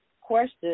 question